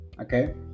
okay